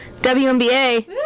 WNBA